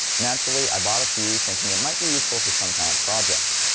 naturally, i bought a few thinking it might be useful for some kind of project.